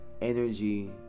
energy